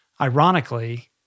Ironically